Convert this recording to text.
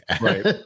Right